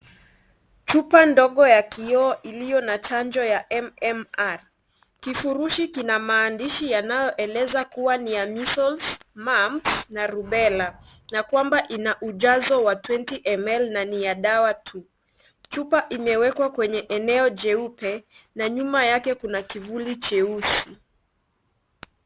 Chupa ndogo ya kioo iliyo na chanjo ya MMR, kivurushi kina maandishi ambayo yanaeleza kuwa ni ya measles mumps na rubella na kwamba inaujazo wa 20ml na ni ya dawa tu, chupa imewekwa kwenye eneo jeupe na nyuma yake kuna kuvuli jeusi.